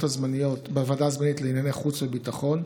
הזמניות: בוועדה הזמנית לענייני חוץ וביטחון,